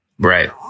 right